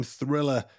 thriller